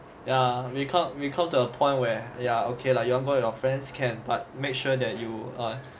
yeah we come we come to a point where ya okay lah you want go with your friends can but make sure that you err